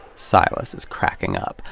silas is cracking up.